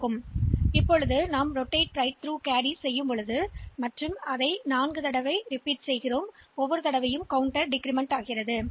ஆகவே நான் 1 0 1 1 0 0 0 0 என்று முடிவடையும் F 0 உடன் முடிவடைந்தால் இந்த முடிவுக்கு பிறகு இதன் விளைவாக 0 1 0 0 0 0 0 ஆகும்